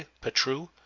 Petru